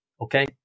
okay